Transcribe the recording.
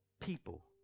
People